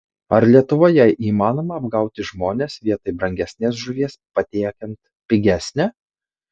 ar lietuvoje įmanoma apgauti žmones vietoj brangesnės žuvies patiekiant pigesnę